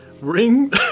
Ring